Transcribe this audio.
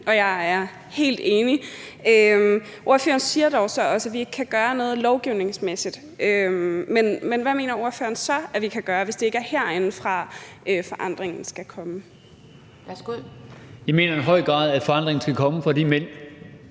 og jeg er helt enig. Ordføreren siger dog også, at vi ikke kan gøre noget lovgivningsmæssigt, men hvad mener ordføreren så at vi kan gøre, hvis det ikke er herindefra, forandringen skal komme? Kl. 14:30 Anden næstformand (Pia Kjærsgaard):